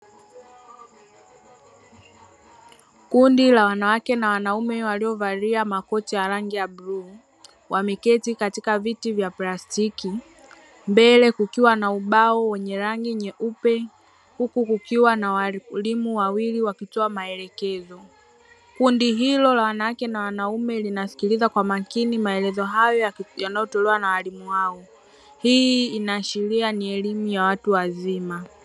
Kundi la wanawake na wanaume waliovalia makoti ya rangi ya bluu, wameketi katika viti vya plastiki. Mbele kukiwa na ubao wenye rangi nyeupe huku kukiwa na waalimu wawili wakitoa maelekezo. Kundi hilo la wanawake na wanaume linasikiliza kwa makini maelezo hayo yanayotolewa na walimu wao. Hii inaashiria ni elimu ya watu wazima.